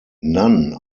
none